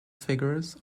figures